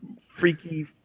freaky